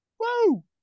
Whoa